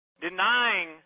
denying